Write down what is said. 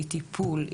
היא טיפול,